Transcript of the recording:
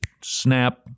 snap